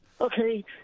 Okay